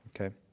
Okay